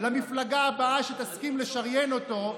למפלגה הבאה שתסכים לשריין אותו.